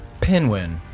Pinwin